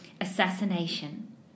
assassination